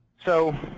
so